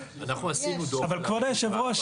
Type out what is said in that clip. אנחנו עושים ככל יכולתנו כדי לטפל,